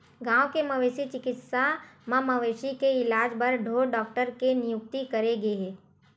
गाँव के मवेशी चिकित्सा म मवेशी के इलाज बर ढ़ोर डॉक्टर के नियुक्ति करे गे हे